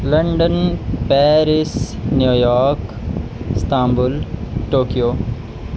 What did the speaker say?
London Paris New York Istanbul Tokyo